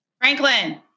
Franklin